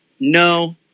No